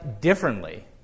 differently